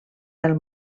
del